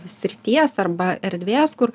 srities arba erdvės kur